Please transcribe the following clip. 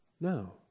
No